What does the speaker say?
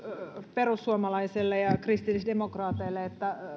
perussuomalaisille ja ja kristillisdemokraateille että